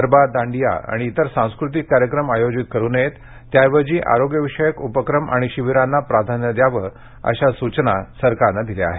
गरबा दांडिया आणि इतर सांस्कृतिक कार्यक्रम आयोजित करू नयेत त्याऐवजी आरोग्य विषयक उपक्रम आणि शिबिरांना प्राधान्य द्यावं अशा सूचना सरकारनं दिल्या आहेत